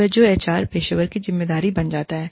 वह जो एचआर पेशेवर की जिम्मेदारी बन जाता है